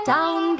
Down